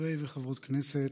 חברי וחברות כנסת,